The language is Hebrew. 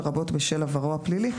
לרבות בשל עברו הפלילי.